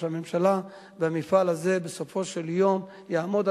הממשלה והמפעל הזה בסופו של יום יעמוד,